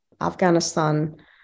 Afghanistan